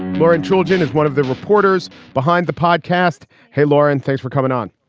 lauren jordan is one of the reporters behind the podcast. hey, lauren, thanks for coming on.